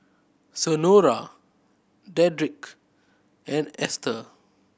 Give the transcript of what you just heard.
Senora Dedrick and Ester